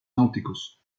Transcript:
náuticos